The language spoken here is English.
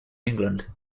england